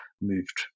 moved